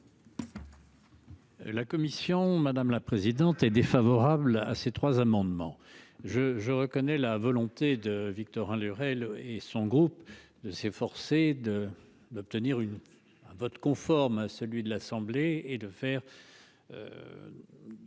La commission, madame la présidente et défavorable à ces trois amendements je je reconnais la volonté. De Victorin Lurel et son groupe de s'efforcer de d'obtenir une un vote conforme à celui de l'Assemblée et de faire.